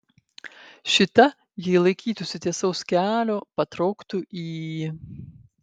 šita jei laikytųsi tiesaus kelio patrauktų į